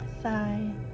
thigh